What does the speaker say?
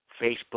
Facebook